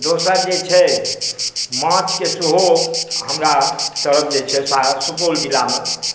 दोसर जे छै माछके सेहो हमरा तरफ जे छै सुपौल जिलामे